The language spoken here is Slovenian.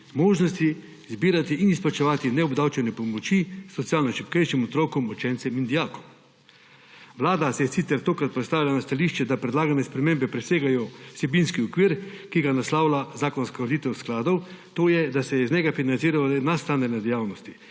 možnosti izbirati in izplačevati neobdavčene pomoči socialno šibkejšim otrokom, učencem in dijakom. Vlada se je sicer tokrat postavila na stališče, da predlagane spremembe presegajo vsebinski okvir, ki ga naslavlja zakonska ureditev skladov, to je, da se iz njega financirajo le nadstandardne dejavnosti